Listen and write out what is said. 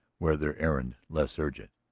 were their errand less urgent.